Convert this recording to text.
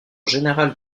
générale